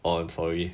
oh I'm sorry